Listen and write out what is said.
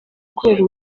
kubera